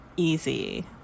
easy